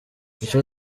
icyo